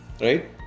right